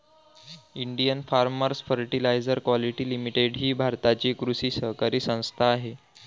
Indian farmers fertiliser quality limited ही भारताची कृषी सहकारी संस्था आहे